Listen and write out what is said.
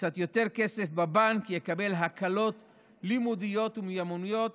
קצת יותר כסף בבנק יקבל הקלות לימודיות ומיומנויות